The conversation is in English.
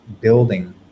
building